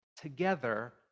together